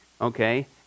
okay